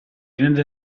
rende